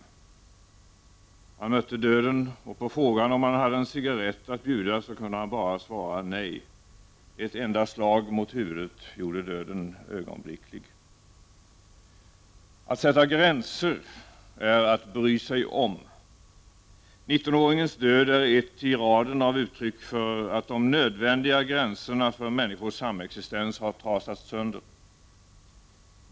Han mötte döden. På frågan om han hade en cigarett att bjuda på kunde han bara svara nej. Ett enda slag mot huvudet gjorde döden ögonblicklig. Att sätta gränser är att bry sig om. Nittonåringens död är ett i raden av uttryck för att de nödvändiga gränserna för människors samexistens har trasats sönder.